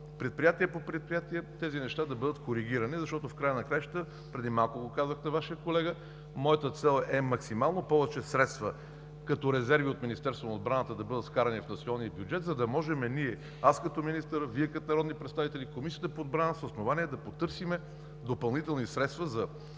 предприятие по предприятие тези неща да бъдат коригирани, защото преди малко го казах на Вашия колега, моята цел е максимално повече средства като резерви от Министерството на отбраната да бъдат вкарани в националния бюджет, за да можем ние, аз като министър, Вие като народни представители, Комисията по отбрана, с основание да потърсим допълнителни средства за